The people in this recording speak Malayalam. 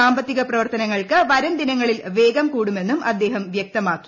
സാമ്പത്തിക പ്രവർത്തനങ്ങൾക്ക് വരും ദിനങ്ങളിൽ വേഗം കൂടുമെന്നും അദ്ദേഹം വൃക്തമാക്കി